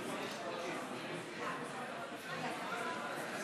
תודה, גברתי